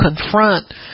confront